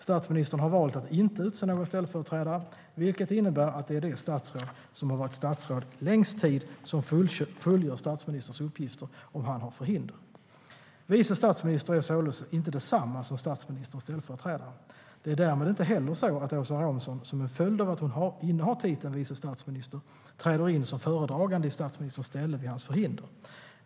Statsministern har valt att inte utse någon ställföreträdare, vilket innebär att det är det statsråd som har varit statsråd längst tid som fullgör statsministerns uppgifter om han har förhinder. Vice statsminister är således inte detsamma som statsministerns ställföreträdare. Det är därmed inte heller så att Åsa Romson som en följd av att hon innehar titeln vice statsminister träder in som föredragande i statsministerns ställe vid hans förhinder.